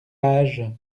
âge